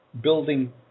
building